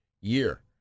year